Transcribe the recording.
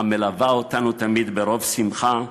המלווה אותנו תמיד ברוב שמחה,